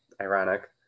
ironic